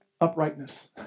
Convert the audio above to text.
uprightness